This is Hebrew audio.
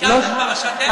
הזכרת את פרשת 1000,